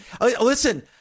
Listen